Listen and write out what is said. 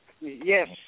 Yes